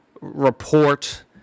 report